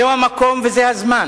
זהו המקום וזה הזמן